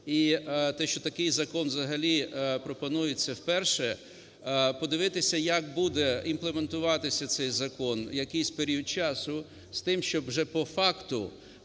і те, що такий закон взагалі пропонується вперше, подивитися, як будеімплементуватися цей закон якийсь період часу, з тим щоб вже по факту,